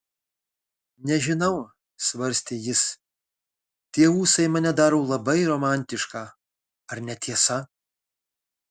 nežinau svarstė jis tie ūsai mane daro labai romantišką ar ne tiesa